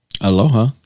Aloha